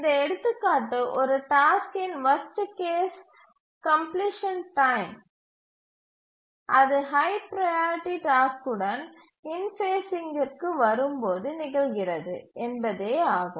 இந்த எடுத்துக்காட்டு ஒரு டாஸ்க்கின் வர்ஸ்ட் கேஸ் கம்ப்லிசன் டைம் அது ஹை ப்ரையாரிட்டி டாஸ்க்குடன் இன்ஃபேஸ்சிற்கு வரும்போது நிகழ்கிறது என்பதேயாகும்